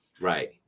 right